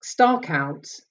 Starcount